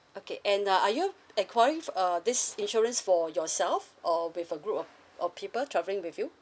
okay and uh are you enquiring f~ uh this insurance for yourself or with a group of of people travelling with you